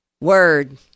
Word